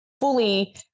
Fully